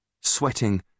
Sweating